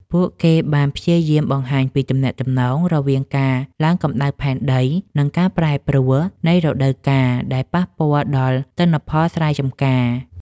ពួកគេបានព្យាយាមបង្ហាញពីទំនាក់ទំនងរវាងការឡើងកម្តៅផែនដី និងការប្រែប្រួលនៃរដូវកាលដែលប៉ះពាល់ដល់ទិន្នផលស្រែចម្ការ។